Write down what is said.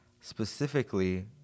Specifically